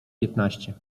piętnaście